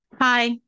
Hi